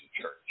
church